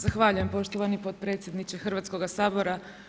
Zahvaljujem poštovani potpredsjedniče Hrvatskog sabora.